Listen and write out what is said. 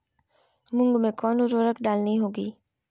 मूंग में कौन उर्वरक डालनी होगी?